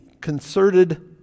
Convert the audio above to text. concerted